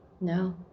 No